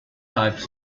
types